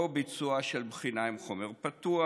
או ביצוע של בחינה עם חומר פתוח,